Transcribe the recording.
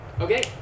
Okay